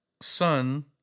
son